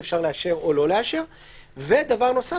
ובנוסף,